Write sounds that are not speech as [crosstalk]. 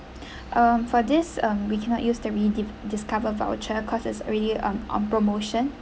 [breath] um for this um we cannot use the redi~ discover voucher cause it's already um on promotion